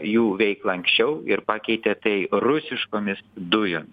jų veiklą anksčiau ir pakeitė tai rusiškomis dujom